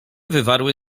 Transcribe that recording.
wywarły